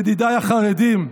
ידידיי החרדים,